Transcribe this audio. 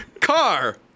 car